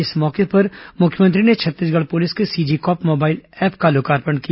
इस मौके पर मुख्यमंत्री ने छत्तीसगढ़ पुलिस के CG cop mobile app launch किया